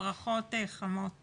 ברכות חמות